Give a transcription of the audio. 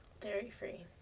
Dairy-free